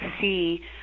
see